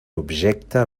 objecte